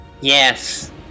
Yes